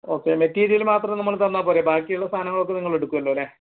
okay material മാത്രം നമ്മൾ തന്നാൽ പോരെ ബാക്കിയുള്ള സാധനങ്ങളൊക്കെ നിങ്ങൾ എടുക്കുമല്ലൊ അല്ലെ